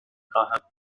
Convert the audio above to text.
خواهم